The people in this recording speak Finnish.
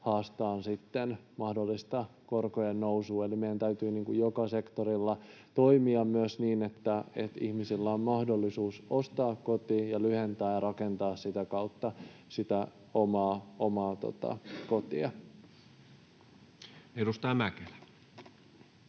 haastaa mahdollinen korkojen nousu. Eli meidän täytyy joka sektorilla toimia myös niin, että ihmisillä on mahdollisuus ostaa koti ja lyhentää lainaa ja rakentaa sitä kautta sitä omaa kotia. [Speech